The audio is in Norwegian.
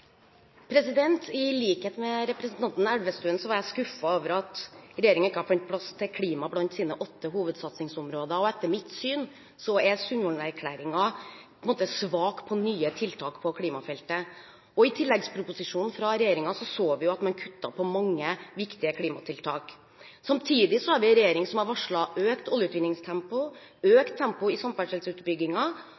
I likhet med representanten Elvestuen var jeg skuffet over at regjeringen ikke har funnet plass til klima blant sine åtte hovedsatsningsområder, og etter mitt syn er Sundvolden-erklæringen svak når det gjelder nye tiltak på klimafeltet. I tilleggsproposisjonen fra regjeringen så vi at man kuttet i mange viktige klimatiltak. Samtidig har vi en regjering som har varslet økt oljeutvinningstempo